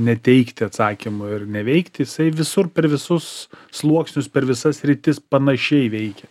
neteikti atsakymų ir neveikti jisai visur per visus sluoksnius per visas sritis panašiai veikia